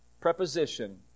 preposition